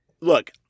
look